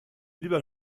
lieber